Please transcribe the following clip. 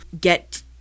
get